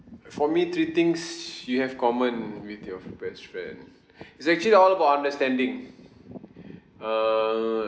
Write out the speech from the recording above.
uh for me three things you have common with your f~ best friend it's actually all about understanding err